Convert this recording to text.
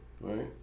right